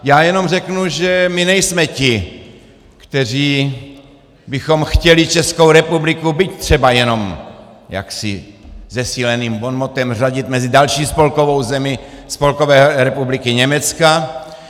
Já jenom řeknu, že my nejsme ti, kteří bychom chtěli Českou republiku, byť třeba jenom jaksi zesíleným bonmotem, řadit mezi další spolkovou zemi Spolkové republiky Německa.